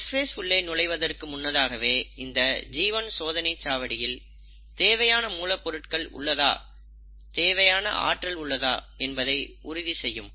S phase உள்ளே நுழைவதற்கு முன்னதாகவே இந்த G1 சோதனை சாவடியில் தேவையான மூல பொருட்கள் உள்ளதா தேவையான ஆற்றல் உள்ளதா என்பதை உறுதி செய்யும்